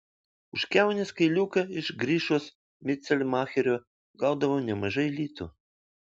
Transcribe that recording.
už kiaunės kailiuką iš grišos micelmacherio gaudavau nemažai litų